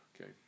Okay